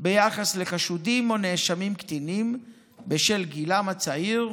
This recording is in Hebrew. ביחס לחשודים או נאשמים קטינים בשל גילם הצעיר,